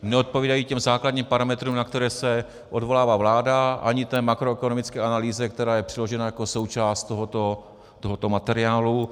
Neodpovídají základním parametrům, na které se odvolává vláda, ani makroekonomické analýze, která je přiložena jako součást tohoto materiálu.